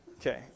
Okay